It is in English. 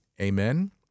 Amen